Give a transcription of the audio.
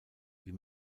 wie